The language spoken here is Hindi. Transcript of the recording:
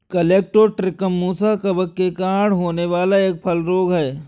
कलेक्टोट्रिकम मुसा कवक के कारण होने वाला एक फल रोग है